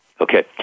Okay